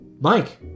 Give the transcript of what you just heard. Mike